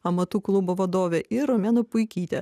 amatų klubo vadovė ir romena puikytė